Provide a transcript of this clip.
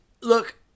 Look